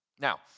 Now